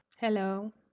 Hello